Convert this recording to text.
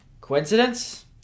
coincidence